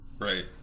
Right